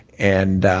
and